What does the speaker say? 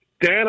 Dan